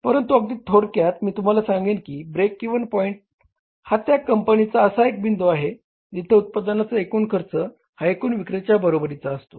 परंतु अगदी थोडक्यात मी तुम्हाला सांगेन की ब्रेक इव्हन पॉईंट हा त्या कंपनीचा असा एक बिंदू आहे जिथे उत्पादनाचा एकूण खर्च हा एकूण विक्रीच्या बरोबरीचा असतो